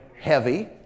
heavy